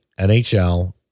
NHL